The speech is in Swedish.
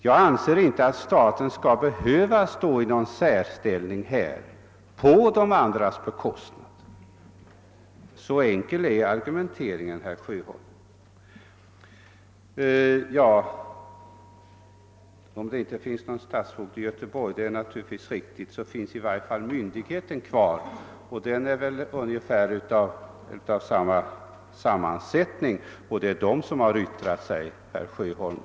Jag anser inte att staten skall inta en särställning därvidlag på de övrigas bekostnad. Så enkel är min argumentering, herr Sjöholm. Sedan är det riktigt att man inte längre har någon stadsfogde i Göteborg, men myndigheten som sådan finns ju kvar, och det är den som har yttrat sig, herr Sjöholm.